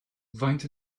faint